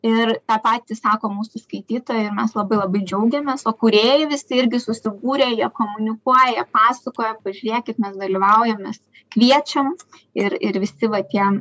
ir tą patį sako mūsų skaitytojai ir mes labai labai džiaugiamės o kūrėjai visi irgi subūrė jie komunikuoja jie pasakoja pažiūrėkit mes dalyvaujam mes kviečiam ir ir visi va tie